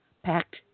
packed